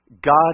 God